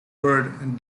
word